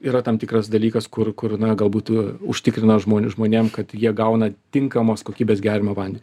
yra tam tikras dalykas kur kur na galbūt užtikrina žmo žmonėm kad jie gauna tinkamos kokybės geriamą vandenį